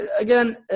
again